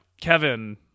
Kevin